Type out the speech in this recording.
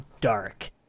dark